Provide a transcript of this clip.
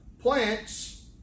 plants